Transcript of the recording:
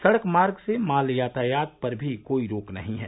सड़क मार्ग से माल यातायात पर भी कोई रोक नहीं है